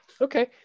Okay